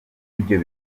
ibyo